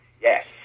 Yes